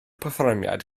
perfformiad